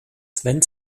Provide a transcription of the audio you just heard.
sven